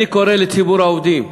אני קורא לציבור העובדים: